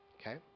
okay